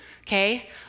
okay